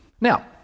Now